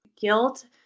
Guilt